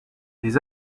des